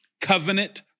covenant